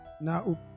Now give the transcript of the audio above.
Now